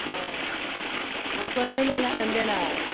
हाँ वह हमको नहीं लेना लेना है